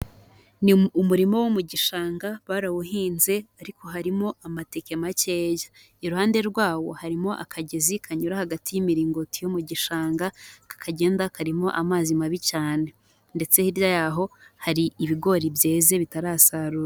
Ni umurima wo mu gishanga barawuhinze ariko harimo amatike makeya, iruhande rwawo harimo akagezi kanyura hagati y'imiringoti yo mu gishanga, aka kagenda karimo amazi mabi cyane ndetse hirya yaho hari ibigori byeze bitarasarurwa.